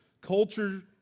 culture